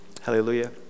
Hallelujah